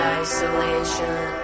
isolation